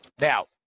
Now